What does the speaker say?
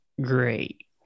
great